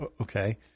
okay